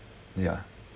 yeah